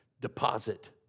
deposit